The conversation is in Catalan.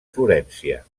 florència